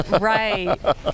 Right